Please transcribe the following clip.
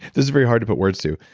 this is very hard to put words to.